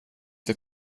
der